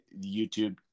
YouTube